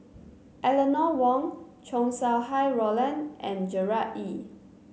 Eleanor Wong Chow Sau Hai Roland and Gerard Ee